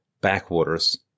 backwaters